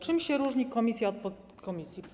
Czym się różni komisja od podkomisji?